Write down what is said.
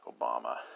Obama